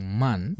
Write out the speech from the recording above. man